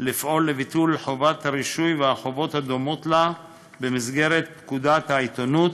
לפעול לביטול חובת הרישוי והחובות הדומות לה במסגרת פקודת העיתונות,